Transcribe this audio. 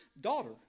daughter